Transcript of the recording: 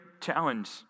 challenge